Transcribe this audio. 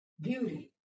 beauty